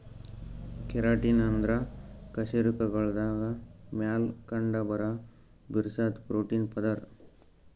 keratin ಅಂದ್ರ ಕಶೇರುಕಗಳ್ದಾಗ ಮ್ಯಾಲ್ ಕಂಡಬರಾ ಬಿರ್ಸಾದ್ ಪ್ರೋಟೀನ್ ಪದರ್